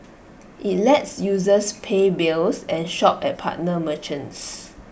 IT lets users pay bills and shop at partner merchants